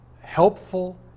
helpful